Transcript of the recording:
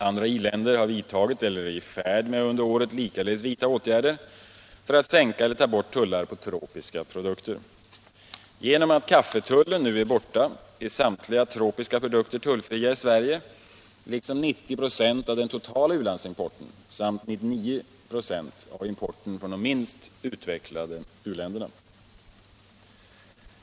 Andra i-länder har vidtagit eller är i färd med att under året likaledes vidta åtgärder för att sänka eller ta bort tullar på tropiska produkter. Genom att kaffetullen nu är borta är samtliga tropiska produkter tullfria i Sverige liksom 90 96 av den totala u-landsimporten samt 99 96 av importen från de minst utvecklade uländerna.